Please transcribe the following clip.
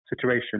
situation